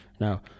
Now